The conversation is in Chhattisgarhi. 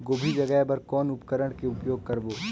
गोभी जगाय बर कौन उपकरण के उपयोग करबो?